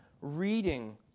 reading